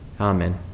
Amen